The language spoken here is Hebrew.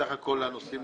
סך הכול הנושאים